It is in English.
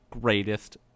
greatest